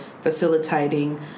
facilitating